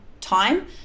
time